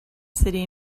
city